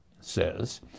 says